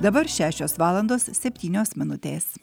dabar šešios valandos septynios minutės